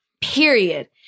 Period